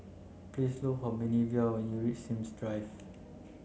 please look for Minervia when you reach Sims Drive